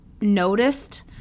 noticed